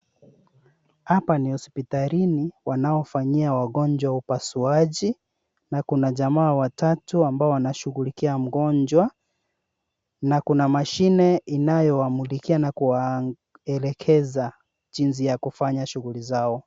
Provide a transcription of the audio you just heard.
Hapa ni hospitalini wanapofanyia wagonjwa upasuaji na kuna jamaa watatu ambao wanashughulikia mgonjwa na kuna mashine inayowamulikia na kuwaelekeza jinsi ya kufanya shughuli zao.